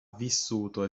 vissuto